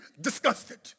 disgusted